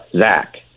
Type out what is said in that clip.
Zach